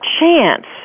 chance